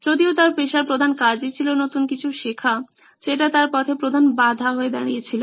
যদিও তার পেশার প্রধান কাজই ছিল নতুন কিছু শেখা যেটা তার পথে প্রধান বাধা হয়ে দাঁড়িয়েছিল